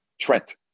Trent